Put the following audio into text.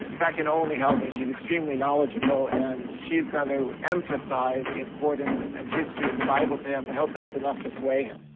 can only help me. she's extremely knowledgeable. and she's going to emphasize the importance and history of the bible to him. i hope that's enough to sway him.